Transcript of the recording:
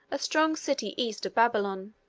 a strong city east of babylon.